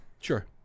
Sure